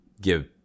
give